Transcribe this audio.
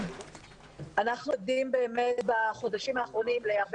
אנחנו עדים באמת בחודשים האחרונים להרבה